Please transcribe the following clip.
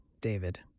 David